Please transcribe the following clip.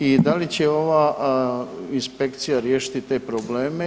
I da li će ova inspekcija riješiti te probleme?